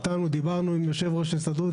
דיברנו עם יושב-ראש ההסתדרות.